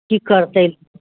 की करतै